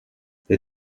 they